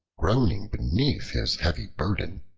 groaning beneath his heavy burden,